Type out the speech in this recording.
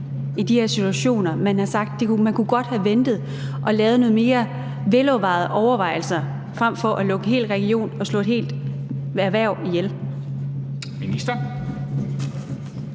i de her situationer? Man har sagt, at man godt kunne have ventet og foretaget nogle mere velovervejede overvejelser frem for at lukke en hel region ned og slå et helt erhverv ihjel.